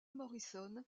morrison